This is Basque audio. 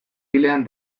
pilean